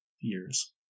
years